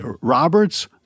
Roberts